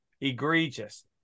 Egregious